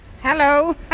Hello